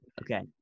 okay